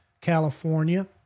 California